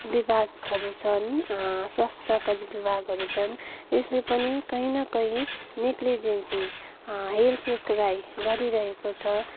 विभागहरू छन् स्वास्थ्यका विभागहरू छन् यसले पनि कहीँ न कहीँ नेग्लिजेन्सी हेलचेक्राइँ गरिरहेको छ